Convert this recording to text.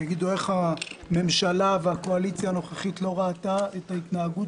יגידו: איך הממשלה והקואליציה הנוכחית לא ראתה את ההתנהגות